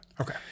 Okay